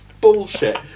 Bullshit